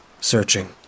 searching